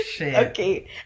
okay